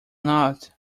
not